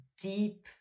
deep